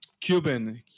Cuban